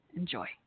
Enjoy